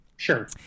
Sure